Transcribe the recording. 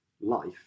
life